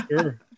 sure